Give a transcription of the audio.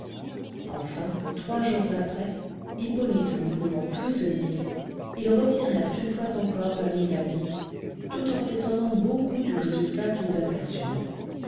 enfin trois jours après hippolyte n'y pouvant plus tenir ils retirèrent encore une fois la mécanique tout en s'étonnant beaucoup du résultat qu'ils